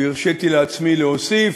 והרשיתי לעצמי להוסיף: